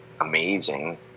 amazing